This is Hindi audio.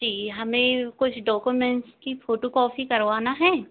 जी हमें कुछ डॉक्यूमेंट की फोटोकॉफी करवाना है